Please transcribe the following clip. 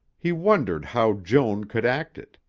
he wondered how joan could act it,